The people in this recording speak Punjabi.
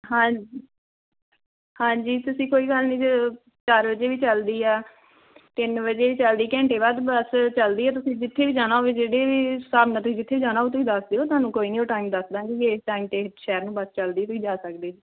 ਹਾਂ ਹਾਂਜੀ ਤੁਸੀਂ ਕੋਈ ਗੱਲ ਨਹੀਂ ਜਦੋਂ ਚਾਰ ਵਜੇ ਵੀ ਚੱਲਦੀ ਆ ਤਿੰਨ ਵਜੇ ਵੀ ਚੱਲਦੀ ਆ ਘੰਟੇ ਬਾਅਦ ਬੱਸ ਚੱਲਦੀ ਆ ਤੁਸੀਂ ਜਿੱਥੇ ਵੀ ਜਾਣਾ ਹੋਵੇ ਜਿਹੜੇ ਵੀ ਹਿਸਾਬ ਨਾਲ ਤੁਸੀਂ ਜਿੱਥੇ ਵੀ ਜਾਣਾ ਹੋਵੇ ਤੁਸੀਂ ਦੱਸ ਦਿਓ ਤੁਹਾਨੂੰ ਕੋਈ ਨਹੀਂ ਉਹ ਟਾਈਮ ਦੱਸਦਾਂਗੇ ਵੀ ਇਸ ਟਾਈਮ 'ਤੇ ਸ਼ਹਿਰ ਨੂੰ ਬੱਸ ਚੱਲਦੀ ਆ ਤੁਸੀਂ ਜਾ ਸਕਦੇ